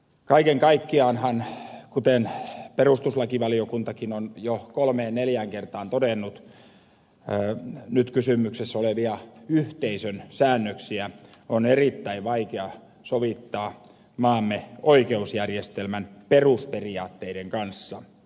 kaiken kaikkiaanhan kuten perustuslakivaliokuntakin on jo kolmeen neljään kertaan todennut nyt kysymyksessä olevia yhteisön säännöksiä on erittäin vaikea sovittaa yhteen maamme oikeusjärjestelmän perusperiaatteiden kanssa